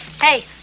Hey